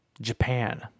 japan